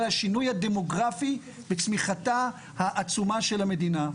השינוי הדמוגרפי וצמיחתה העצומה של המדינה.